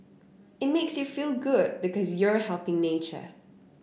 it makes you feel good because you're helping nature